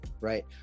right